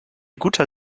guter